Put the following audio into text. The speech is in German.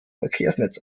verkehrsnetz